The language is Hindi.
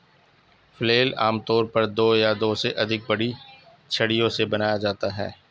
फ्लेल आमतौर पर दो या दो से अधिक बड़ी छड़ियों से बनाया जाता है